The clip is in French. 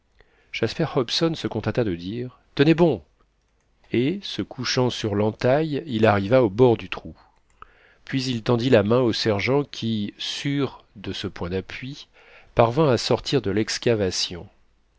jasper hobson se contenta de dire tenez bon et se couchant sur l'entaille il arriva au bord du trou puis il tendit la main au sergent qui sûr de ce point d'appui parvint à sortir de l'excavation